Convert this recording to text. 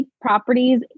Properties